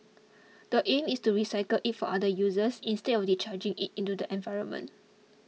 the aim is to recycle it for other uses instead of discharging it into the environment